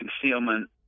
concealment